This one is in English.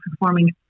performing